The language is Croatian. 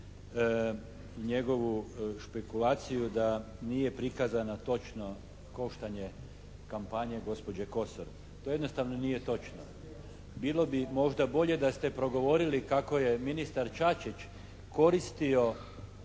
njegovu špekulaciju da nije prikazana točno koštanje kampanje gospođe Kosor. To jednostavno nije točno. Bilo bi možda bolje da ste progovorili kako je ministar Čačić koristio